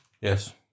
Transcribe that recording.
Yes